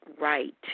right